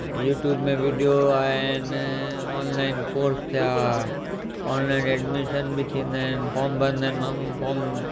YouTube में video आहिनि online course थिया ऑनलाइन एडमीशन बि थींदा आहिनि फॉम भरंदा आहिनि माण्हू फॉम